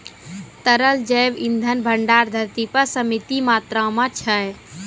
तरल जैव इंधन भंडार धरती पर सीमित मात्रा म छै